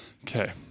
okay